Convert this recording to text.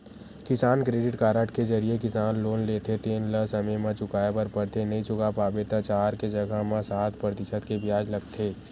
किसान credit card के जरिए किसान लोन लेथे तेन ल समे म चुकाए बर परथे नइ चुका पाबे त चार के जघा म सात परतिसत के बियाज लगथे